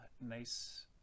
nice